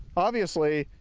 obviously,